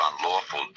unlawful